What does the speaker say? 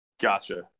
Gotcha